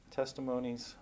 testimonies